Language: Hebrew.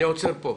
אני עוצר פה.